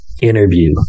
interview